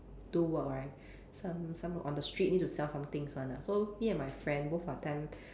do work right some some on the street need to sell some things [one] ah so me and my friend both are temp~